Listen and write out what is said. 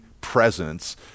presence